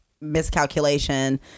miscalculation